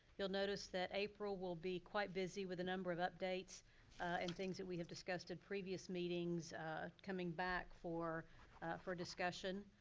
you'll notice that april will be quite busy with a number of updates and things that we have discussed in previous meetings coming back for for discussion.